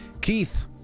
Keith